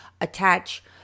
attach